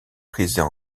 prisées